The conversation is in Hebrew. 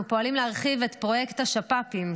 אנחנו פועלים להרחיב את פרויקט השפ"פים,